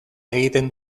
egiten